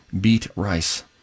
Beatrice